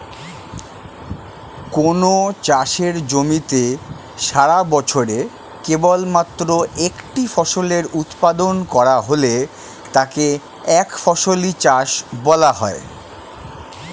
কোনও চাষের জমিতে সারাবছরে কেবলমাত্র একটি ফসলের উৎপাদন করা হলে তাকে একফসলি চাষ বলা হয়